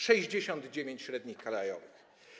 69 średnich krajowych.